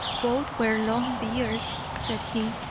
both wear long beards, said he,